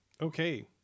Okay